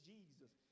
Jesus